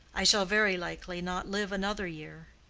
i shall very likely not live another year.